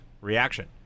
reaction